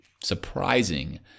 surprising